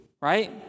right